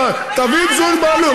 תביאו את זוהיר בהלול.